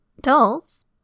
Dolls